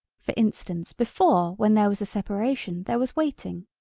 for instance before when there was a separation there was waiting,